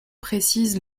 précisent